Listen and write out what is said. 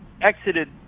exited